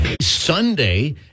Sunday